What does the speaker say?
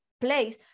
place